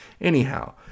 anyhow